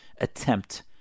attempt